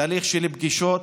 בתהליך של פגישות,